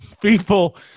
people